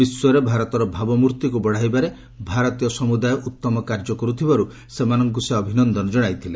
ବିଶ୍ୱରେ ଭାରତର ଭାବମୂର୍ତ୍ତିକୁ ବଢ଼ାଇବାରେ ଭାରତୀୟ ସମୁଦାୟ ଉତ୍ତମ କାର୍ଯ୍ୟ କରୁଥିବାରୁ ସେମାନଙ୍କୁ ସେ ଅଭିନନ୍ଦନ କଣାଇଥିଲେ